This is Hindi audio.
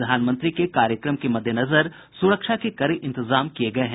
प्रधानमंत्री के कार्यक्रम के मद्देनजर सुरक्षा के कड़े इंतजाम किये गये हैं